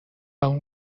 اون